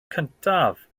cyntaf